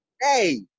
Hey